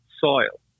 soil